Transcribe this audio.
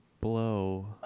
blow